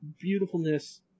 beautifulness